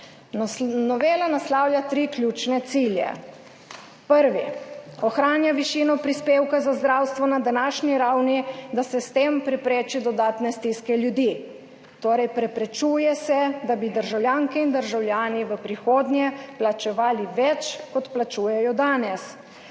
Novela naslavlja tri ključne cilje. Prvi: ohranja višino prispevka za zdravstvo na današnji ravni, da se s tem prepreči dodatne stiske ljudi, torej preprečuje se, da bi državljanke in državljani v prihodnje plačevali več, kot plačujejo danes.